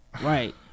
Right